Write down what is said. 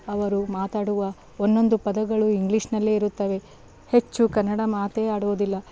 ಅವರು ಮಾತಾಡುವ ಒಂದೊಂದು ಪದಗಳು ಇಂಗ್ಲೀಷ್ನಲ್ಲೇ ಇರುತ್ತವೆ ಹೆಚ್ಚು ಕನ್ನಡ ಮಾತೇ ಆಡುವುದಿಲ್ಲ